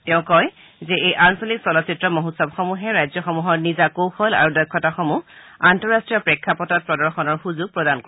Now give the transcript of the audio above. তেওঁ কয় যে এই আঞ্চলিক চলচ্চিত্ৰ মহোৎসৱসমূহে ৰাজ্যসমূহৰ নিজা কৌশল আৰু দক্ষতাসমূহ আন্তঃৰাষ্ট্ৰীয় পেক্ষাপটত প্ৰদৰ্শনৰ সুযোগ প্ৰদান কৰিব